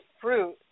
fruit